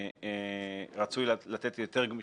רצוי לתת יותר גמישות,